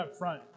upfront